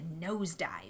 nosedive